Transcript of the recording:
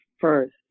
first